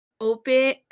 open